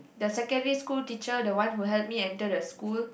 the secondary school teacher the one who helped me enter the school